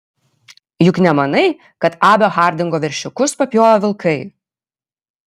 juk nemanai kad abio hardingo veršiukus papjovė vilkai